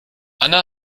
anna